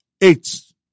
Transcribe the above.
eight